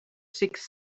six